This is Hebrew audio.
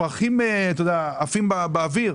פרחים עפים באוויר.